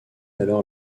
alors